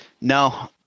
No